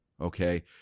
okay